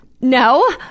No